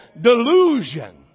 Delusion